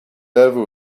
over